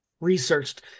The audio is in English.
researched